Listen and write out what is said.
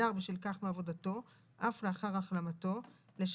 כאלו ואחרות שקשורות לסרטן.